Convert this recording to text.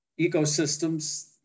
ecosystems